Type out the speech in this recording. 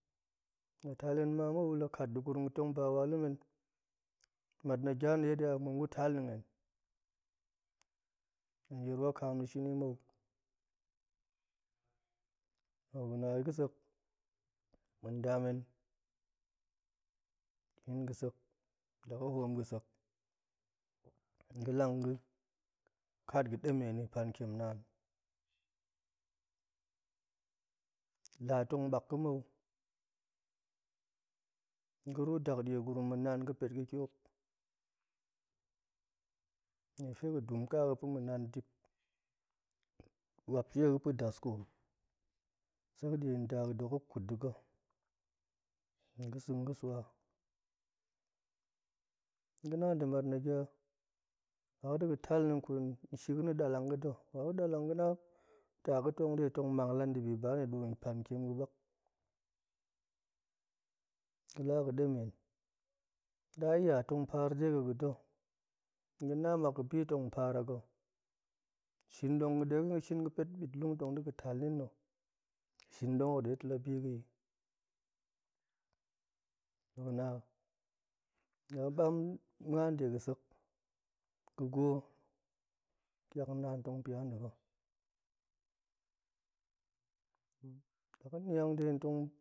La tal hen ma mou mat nagya na̱ dedin a oo muan gu tal ni hen, hen yir wakaam di shini mou to gu na ga̱sek ma̱ nda men nin ga̱sek la ga̱ hoom ga̱sek tong ga̱lang ga̱ kat ga̱ demeni pantiem naan, la tong baak ga̱ mou ga̱ru dakdei gurum ma̱nan ga̱pet ga̱tiop nie ga̱fe ga̱ dum kaga̱ ga̱ pa̱ ma̱nan dip wap shega̱ ga̱pa̱ daskoom sek die nda ga̱ dok ga̱ ƙut dega̱ ga̱sa̱ ga̱swa ga̱na demat nagya la ga̱ deiga̱ tal ni tong kwalin nshik na̱ dalang ga̱da̱ la ga̱ dalang ga̱na mang la debi doni pantiem ga̱ bak ga̱la ga̱demen daya tong par de ga̱da̱ tong ga̱na mak ga̱bi tong paar a ga̱ shin dong ga̱ shin ga̱ ga̱pet bitlung tong dega̱ tal ni na̱ shin dong deto la bi ga̱i to ga̱na la ga̱ muan de ga̱sek ga̱ gwo tiak naan tong pia dega̱ la ga̱ niang de tong,